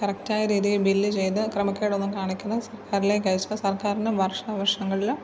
കറക്റ്റായ രീതിയിൽ ബില്ല് ചെയ്ത് ക്രമക്കേട് ഒന്നും കാണിക്കാതെ സർക്കാരിലേക്ക് അയച്ചാൽ സർക്കാരിനു വര്ഷാവർഷങ്ങളിൽ